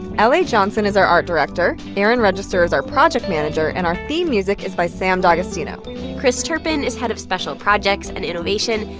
l a. johnson is our art director. erin register is our project manager. and our theme music is by sam d'agostino chris turpin is head of special projects and innovation.